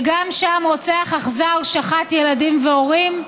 גם שם רוצח אכזר שחט ילדים והורים.